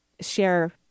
share